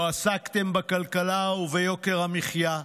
לא עסקתם בכלכלה וביוקר המחיה.